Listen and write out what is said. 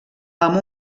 amb